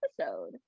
episode